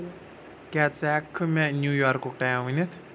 کیٛاہ ژٕ ہٮ۪ککھٕ مےٚ نیو یارکُک ٹایم ؤنِتھ